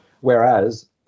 Whereas